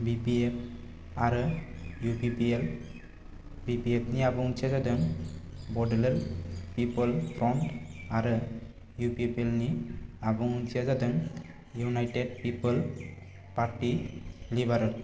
बि P F आरो U P P L बिपिएफनि आबुं ओंथिया जादों बड'लेण्ड पिफोल फ्रन्ट आरो इउपिपिएलनि आबुं ओंथिया जादों इउनाइटेट पिफोल पार्टि लिबारेल